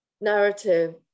narrative